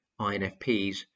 INFPs